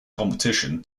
competition